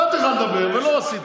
כי רק,